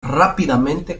rápidamente